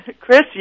Chris